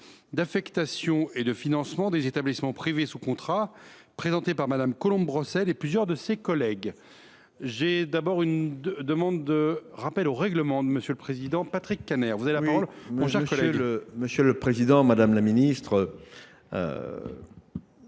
Monsieur le président, madame la ministre,